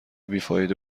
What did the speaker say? بیفایده